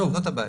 זאת הבעיה.